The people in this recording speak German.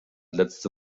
letzte